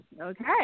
Okay